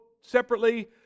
separately